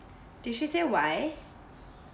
did she say why